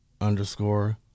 underscore